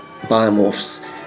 biomorphs